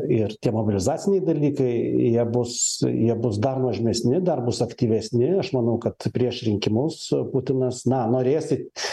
ir tie mobilizaciniai dalykai jie bus jie bus dar nuožmesni dar bus aktyvesni aš manau kad prieš rinkimus putinas na norės